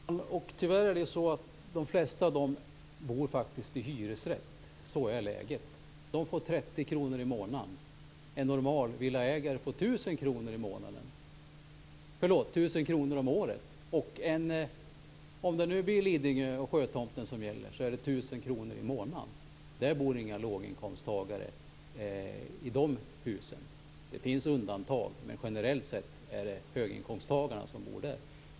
Fru talman! Och tyvärr är det så att de flesta av dem bor i hyresrätt. Så är läget. De får 30 kronor i månaden. En normal villaägare får 1 000 kronor om året. Om det är Lidingö och sjötomten det gäller så är det 1 000 kronor i månaden. Det bor inga låginkomsttagare i de husen. Det finns undantag, men generellt sett är det höginkomsttagarna som bor där.